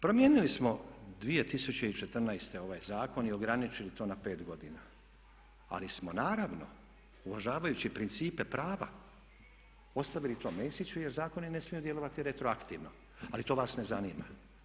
Promijenili smo 2014. ovaj zakon i ograničili to na 5 godina ali smo naravno uvažavajući principe prava ostavili to Mesiću jer zakoni ne smiju djelovati retroaktivno ali to vas ne zanima.